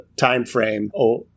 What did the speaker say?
timeframe